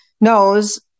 knows